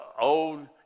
old